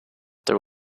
there